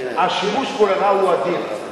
השימוש בו לרעה הוא אדיר.